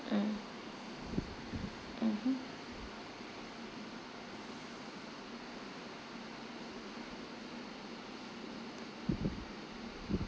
mm mmhmm